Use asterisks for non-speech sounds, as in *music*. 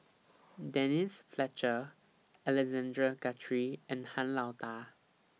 *noise* Denise Fletcher Alexander Guthrie and Han Lao DA